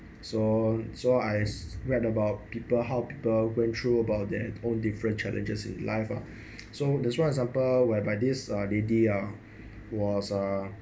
so so I read about people how people went through about their own different challenges in life ah so there's one example whereby this lady ah was uh